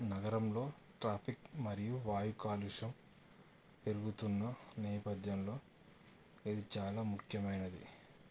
నగరంలో ట్రాఫిక్ మరియు వాయు కాలుష్యం పెరుగుతున్న నేపథ్యంలో ఇది చాలా ముఖ్యమైనది